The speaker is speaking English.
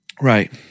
Right